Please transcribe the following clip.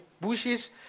bushes